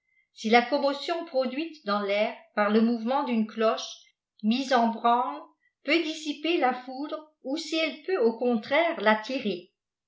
si la commotion produite dans tair par le mouvement d'une cloche mise en branle peut dissiper la foudre ou elle peirt wâ contraire la tirer